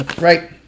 right